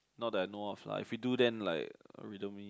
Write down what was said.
not that I know of lah if we do then like we don't be